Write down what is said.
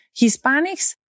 Hispanics